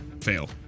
fail